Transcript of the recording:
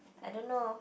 I don't know